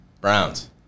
Browns